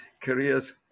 career's